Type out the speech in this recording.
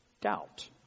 Doubt